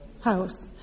house